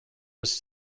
was